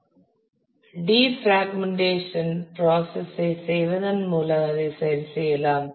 எனவே defragmentation process ஐ செய்வதன் மூலம் அதை சரிசெய்யலாம்